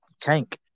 Tank